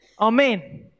Amen